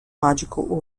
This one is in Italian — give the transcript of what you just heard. magico